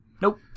Nope